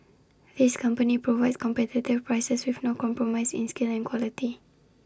this company provides competitive prices with no compromise in skill and quality